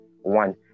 one